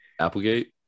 applegate